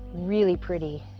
really pretty.